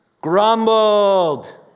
Grumbled